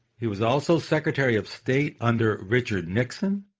he was also secretary of state under richard nixon,